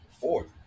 fourth